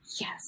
yes